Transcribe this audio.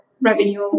revenue